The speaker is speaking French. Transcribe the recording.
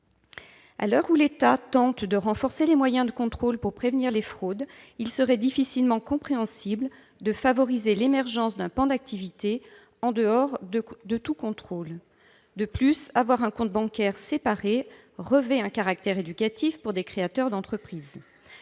À l'heure où l'État tente de renforcer les moyens de contrôle pour prévenir les fraudes, il serait difficilement compréhensible de favoriser l'émergence d'un pan d'activité en dehors de tout contrôle. De plus, le compte bancaire séparé revêt un caractère éducatif pour les créateurs d'entreprise.